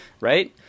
right